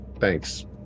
thanks